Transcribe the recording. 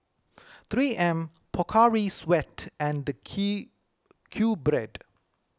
three M Pocari Sweat and Q Bread